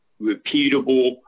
repeatable